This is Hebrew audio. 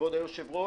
כבוד היושב-ראש,